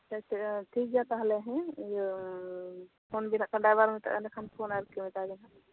ᱟᱪᱪᱷᱟ ᱟᱪᱪᱷᱟ ᱴᱷᱤᱠ ᱜᱮᱭᱟ ᱛᱟᱦᱚᱞᱮ ᱦᱮᱸ ᱤᱭᱟᱹ ᱯᱷᱳᱱ ᱵᱤᱱ ᱦᱟᱜ ᱰᱟᱭᱵᱟᱨ ᱢᱮᱛᱟᱭ ᱵᱮᱱ ᱠᱷᱟᱱ ᱯᱷᱳᱱ ᱢᱮᱛᱟᱭ ᱵᱮᱱ ᱦᱟᱜ